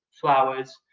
flowers,